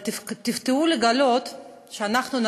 אבל תופתעו לגלות שאנחנו,